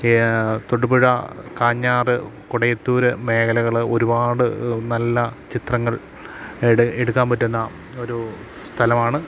തൊടുപുഴ കാഞ്ഞാർ കൊടയത്തൂർ മേഖലകൾ ഒരുപാട് നല്ല ചിത്രങ്ങൾ എടുക്കാൻ പറ്റുന്ന ഒരു സ്ഥലമാണ്